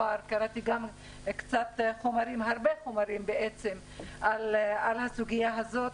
קראתי גם חומרים על הסוגיה הזאת.